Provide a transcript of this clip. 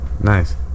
Nice